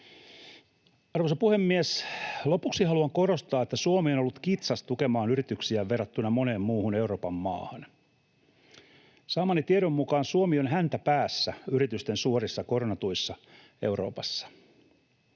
Arvoisa puhemies! Lopuksi haluan korostaa, että Suomi on ollut kitsas tukemaan yrityksiään verrattuna moneen muuhun Euroopan maahan. Saamani tiedon mukaan Suomi on häntäpäässä yritysten suorissa koronatuissa Euroopassa.